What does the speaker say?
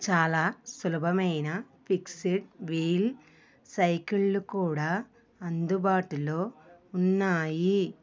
చాలా సులభమైన fixed wheel సైకిళ్ళు కూడా అందుబాటులో ఉన్నాయి